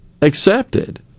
accepted